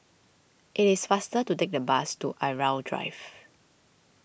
it is faster to take the bus to Irau Drive